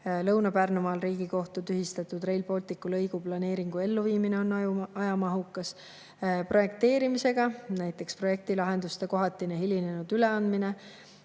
Lõuna-Pärnumaal Riigikohtu tühistatud Rail Balticu lõigu planeeringu elluviimine on ajamahukas – ja projekteerimisega. Näiteks [võib tuua] projektilahenduste kohatise hilinenud üleandmise.